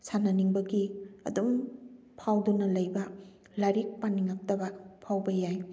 ꯁꯥꯟꯅꯅꯤꯡꯕꯒꯤ ꯑꯗꯨꯝ ꯐꯥꯎꯗꯨꯅ ꯂꯩꯕ ꯂꯥꯏꯔꯤꯛ ꯄꯥꯅꯤꯡꯉꯛꯇꯕ ꯐꯥꯎꯕ ꯌꯥꯏ